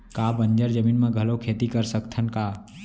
का बंजर जमीन म घलो खेती कर सकथन का?